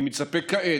אני מצפה כעת,